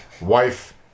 wife